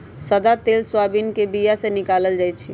सदा तेल सोयाबीन के बीया से निकालल जाइ छै